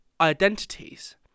identities